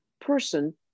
person